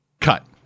Cut